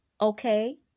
Okay